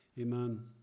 Amen